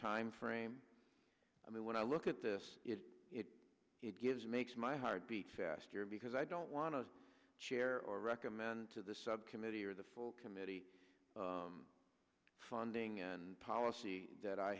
time frame i mean when i look at this it gives makes my heart beat faster because i don't want to share or recommend to the subcommittee or the full committee funding and policy that i